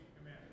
Amen